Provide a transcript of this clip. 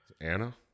Anna